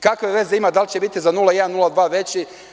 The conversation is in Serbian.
Kakve veze ima da li će biti za 0,1% ili 0,2% veći?